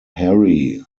hairy